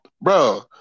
bro